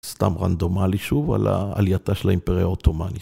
סתם רנדומלי שוב על העלייתה של האימפריה האותומאנית.